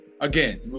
again